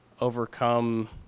overcome